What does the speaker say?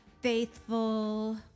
Faithful